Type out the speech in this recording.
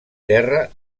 terra